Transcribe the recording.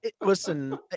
listen